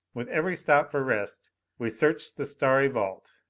with every stop for rest we searched the starry vault.